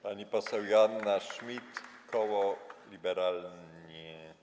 Pani poseł Joanna Schmidt, koło Liberalni.